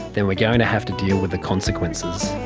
then we're going to have to deal with the consequences.